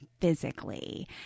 physically